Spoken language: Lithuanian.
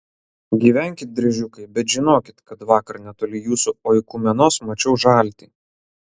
gyvenkit driežiukai bet žinokit kad vakar netoli jūsų oikumenos mačiau žaltį